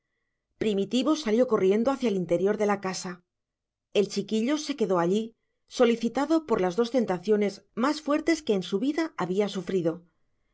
primitivo salió corriendo hacia el interior de la casa el chiquillo se quedó allí solicitado por las dos tentaciones más fuertes que en su vida había sufrido